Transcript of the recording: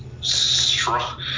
Strong